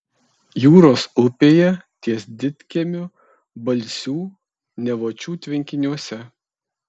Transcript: jūros upėje ties didkiemiu balsių nevočių tvenkiniuose